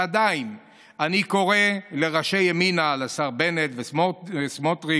ועדיין אני קורא לראשי ימינה, לשר בנט וסמוטריץ'